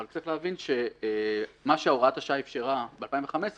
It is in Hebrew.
אבל צריך להבין שמה שהוראת השעה אפשרה ב-2015,